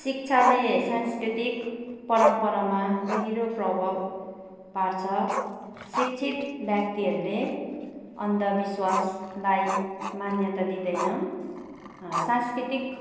शिक्षाले सांस्कृतिक परम्परामा गहिरो प्रभाव पार्छ शिक्षित व्यक्तिहरूले अन्धविश्वासलाई मान्यता दिँदैन सांस्कृतिक